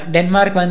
Denmark